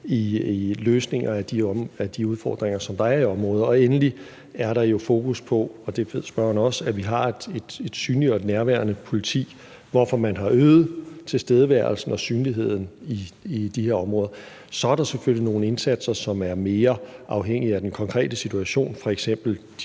i løsninger af de udfordringer, som der er i området. Endelig er der fokus på – og det ved spørgeren også – at vi har et synligt og et nærværende politi, hvorfor man har øget tilstedeværelsen og synligheden i de her områder. Så er der selvfølgelig nogle indsatser, som er mere afhængige af den konkrete situation, f.eks.